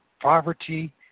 poverty